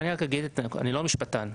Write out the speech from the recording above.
אני לא משפטן.